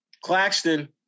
Claxton